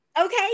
okay